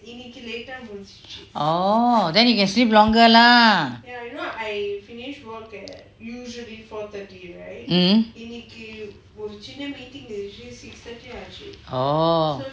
oo then you can sleep longer lah mm oo